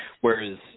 Whereas